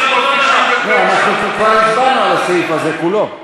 אנחנו כבר הצבענו על הסעיף הזה כולו.